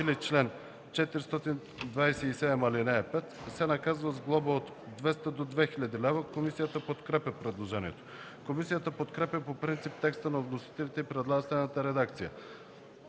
или чл. 427, ал. 5, се наказва с глоба от 200 до 2000 лв.“ Комисията подкрепя предложението. Комисията подкрепя по принцип текста на вносителите и предлага следната редакция